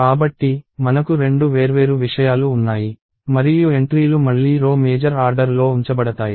కాబట్టి మనకు రెండు వేర్వేరు విషయాలు ఉన్నాయి మరియు ఎంట్రీలు మళ్లీ రో మేజర్ ఆర్డర్ లో ఉంచబడతాయి